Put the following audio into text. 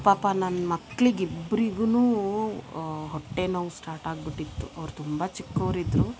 ಪಾಪ ನನ್ನ ಮಕ್ಳಿಗಿಬ್ಬರಿಗೂನು ಹೊಟ್ಟೆ ನೋವು ಸ್ಟಾರ್ಟ್ ಆಗ್ಬಿಟ್ಟಿತ್ತು ಅವರು ತುಂಬ ಚಿಕ್ಕೋರು ಇದ್ದರು